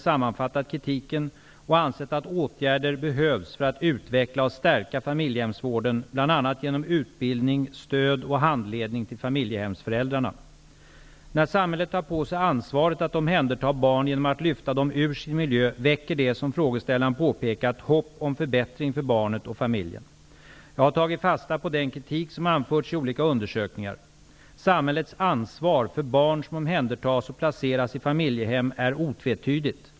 sammanfattat kritiken och ansett att åtgärder behövs för att utveckla och stärka familjehemsvården, bl.a. genom utbildning, stöd och handledning till familjehemsföräldrarna. När samhället tar på sig ansvaret att omhänderta barn genom att lyfta dem ur sin miljö väcker det, som frågeställaren påpekat, hopp om förbättring för barnet och familjen. Jag har tagit fasta på den kritik som anförts i olika undersökningar. Samhällets ansvar för barn som omhändertas och placeras i familjehem är otvetydigt.